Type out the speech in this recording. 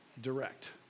direct